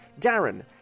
Darren